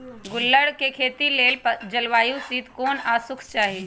गुल्लर कें खेती लेल जलवायु शीतोष्ण आ शुष्क चाहि